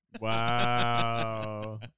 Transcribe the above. Wow